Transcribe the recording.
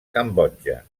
cambodja